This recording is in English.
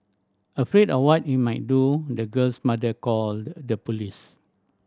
afraid of what he might do the girl's mother called the police